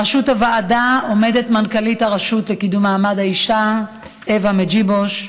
בראשות הוועדה עומדת מנכ"לית הרשות לקידום מעמד האישה אוה מדז'יבוז.